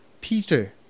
Peter